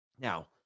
now